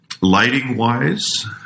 Lighting-wise